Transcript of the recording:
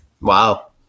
Wow